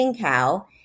Cow